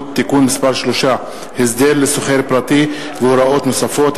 (תיקון מס' 3) (הסדר לשוכר פרטי והוראות נוספות),